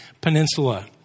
Peninsula